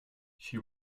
she